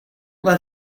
let